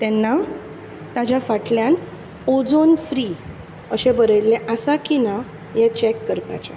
तेन्ना ताज्या फाटल्यान ओजोन फ्री अशें बरयल्लें आसा की ना हें चेक करपाचें